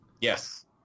Yes